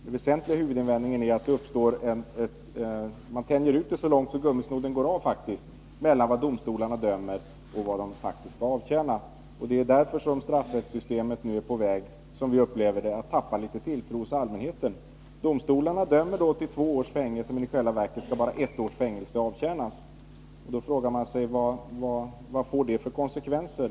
Den väsentliga invändningen är att man tänjer ut gummisnodden så långt att den går av mellan vad domstolarna dömer till och vad som faktiskt skall avtjänas. Det är därför som straffrättssystemet nu är på väg att, som vi upplever det, tappa tilltro hos allmänheten. Domstolarna dömer till två års fängelse, men i själva verket skall bara ett års fängelse avtjänas. Man frågar sig vad det får för konsekvenser.